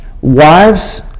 Wives